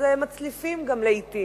אז גם מצליפים לעתים.